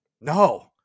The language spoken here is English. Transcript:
No